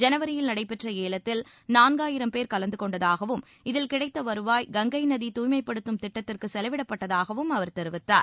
ஜனவரியில் நடைபெற்ற ஏலத்தில் நான்காயிரம் பேர் கலந்துகொண்டதாகவும் இதில் கிடைத்த வருவாய் கங்கை நதி தூய்மைப்படுத்தும் திட்டத்திற்கு செலவிடப்பட்டதாகவும் அவர் தெரிவித்தார்